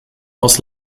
aus